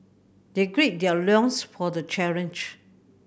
they gird their loins for the challenge